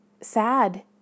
sad